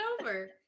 over